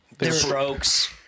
Strokes